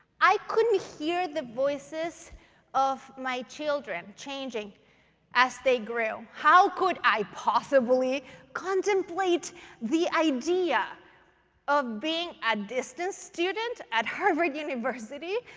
i couldn't hear the voices of my children children changing as they grew. how could i possibly contemplate the idea of being a distance student at harvard university?